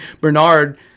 Bernard